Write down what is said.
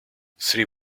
three